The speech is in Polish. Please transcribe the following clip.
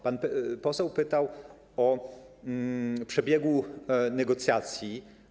Pan poseł zapytał o przebieg negocjacji.